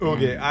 Okay